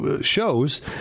shows